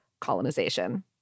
colonization